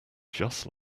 just